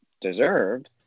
deserved